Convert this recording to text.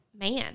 man